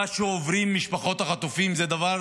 מה שעוברות משפחות החטופים זה דבר